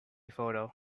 photo